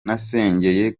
nasengeye